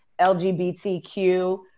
LGBTQ